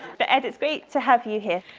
but ed, it's great to have you here.